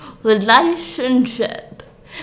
Relationship